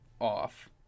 off